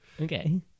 Okay